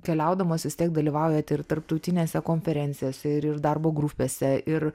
keliaudamos vis tiek dalyvaujat ir tarptautinėse konferencijose ir ir darbo grupėse ir